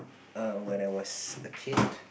err when I was a kid